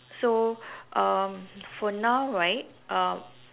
so um for now right uh